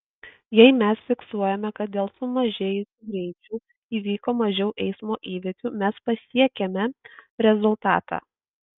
jei mes fiksuojame kad dėl sumažėjusių greičių įvyko mažiau eismo įvykių mes pasiekiame rezultatą